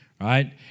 right